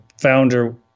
founder